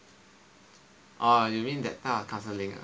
orh you mean that type of counselling ah